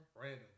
Random